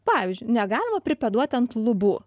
pavyzdžiui negalima pripėduoti ant lubų